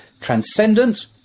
transcendent